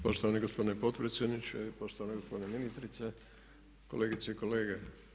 Poštovani gospodine potpredsjedniče, poštovana gospođo ministrice, kolegice i kolege.